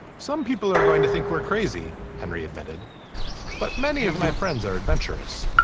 some people are going to think we're crazy. henry admitted but many of my friends are adventurous